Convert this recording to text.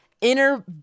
inner